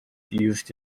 used